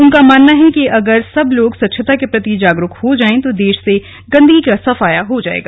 उनका मानना है कि अगर सब लोग स्वच्छता के प्रति जागरुक हो जाएं तो देश से गंदगी का सफाया हो जाएगा